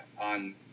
on